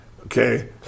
Okay